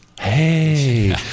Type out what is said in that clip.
Hey